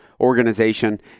organization